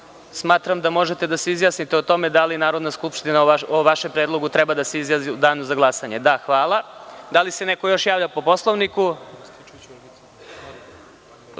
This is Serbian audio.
smatram da možete da se izjasnite o tome da li Narodna skupština o vašem predlogu treba da se izjasni u danu za glasanje? Da, hvala. Da li se još neko javlja po Poslovniku? Reč